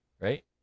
right